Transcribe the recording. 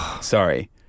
Sorry